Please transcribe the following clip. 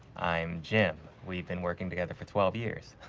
i'm jim, we've been working together for twelve years.